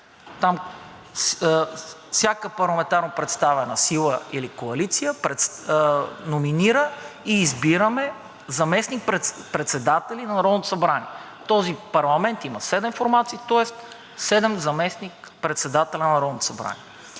че всяка парламентарно представена сила или коалиция номинира и избираме заместник-председатели на Народното събрание. Този парламент има седем формации, тоест седем заместник-председатели на Народното събрание.